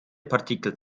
partikel